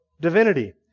divinity